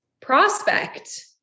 prospect